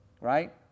right